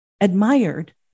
admired